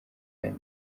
nyuma